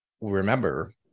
remember